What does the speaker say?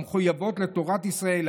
המחויבות לתורת ישראל,